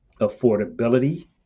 affordability